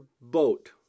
Boat